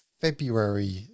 February